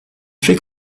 fait